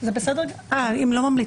אם לא ממליצים?